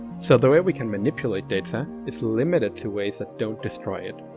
so the way we can manipulate data is limited to ways that don't destroy it.